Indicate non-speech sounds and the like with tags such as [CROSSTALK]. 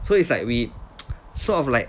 so it's like we [NOISE] sort of like